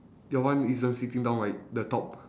your one isn't sitting down right the top